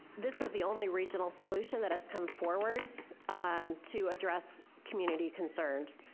this is the only regional solution that has come forward to address community concerns,